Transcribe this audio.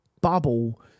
bubble